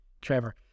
Trevor